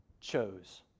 chose